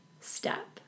step